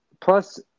Plus